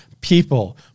people